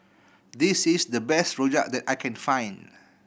this is the best rojak that I can find